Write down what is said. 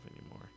anymore